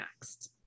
next